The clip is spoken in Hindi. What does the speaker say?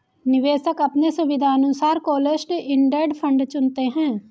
निवेशक अपने सुविधानुसार क्लोस्ड इंडेड फंड चुनते है